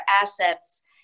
assets